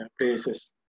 places